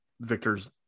victor's